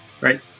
Right